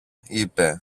είπε